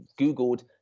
Googled